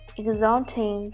exulting